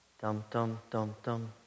Dum-dum-dum-dum